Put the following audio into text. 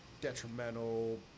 detrimental